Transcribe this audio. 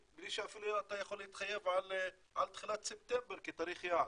שאפילו אתה יכול להתחייב על תחילת ספטמבר כתאריך יעד.